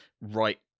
right